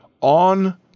On